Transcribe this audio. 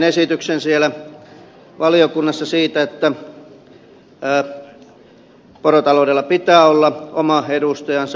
tein siellä valiokunnassa esityksen siitä että porotaloudella pitää olla oma edustajansa